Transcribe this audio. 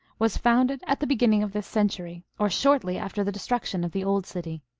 was founded at the beginning of this century, or shortly after the destruction of the old city.